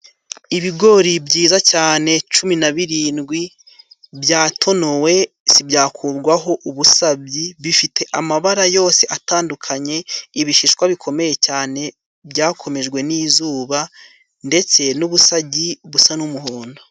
Ibigori byiza cyane cumi na birindwi byatonowe sibyakurwaho ubusabyi, bifite amabara yose atandukanye, ibishishwa bikomeye cyane byakomejwe n'izuba, ndetse n'ubusagi busa n'umuhondo.